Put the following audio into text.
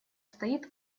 стоит